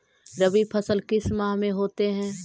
रवि फसल किस माह में होते हैं?